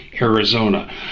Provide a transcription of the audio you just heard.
Arizona